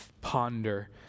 ponder